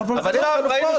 שהשתנה.